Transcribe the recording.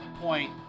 point